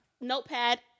Notepad